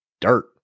dirt